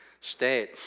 state